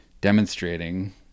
demonstrating